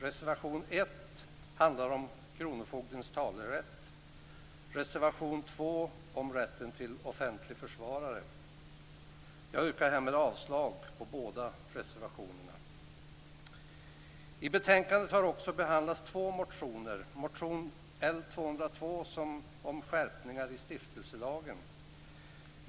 Reservation 1 handlar om kronofogdens talerätt och reservation 2 om rätten till offentlig försvarare. Jag yrkar härmed avslag på båda reservationerna. I betänkandet har också behandlats två motioner. Motion L202 gäller skärpningar i stiftelselagen.